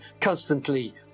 constantly